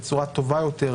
בצורה טובה יותר,